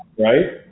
right